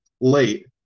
late